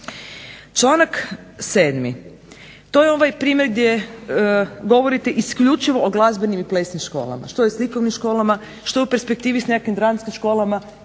Članak 7. – to je ovaj primjer gdje govorite isključivo o glazbenim i plesnim školama. Što je s likovnim školama? Što je u perspektivi s nekakvim dramskim školama